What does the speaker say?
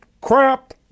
crap